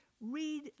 read